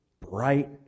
bright